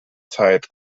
zeit